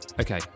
okay